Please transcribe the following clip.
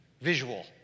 visual